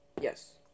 Yes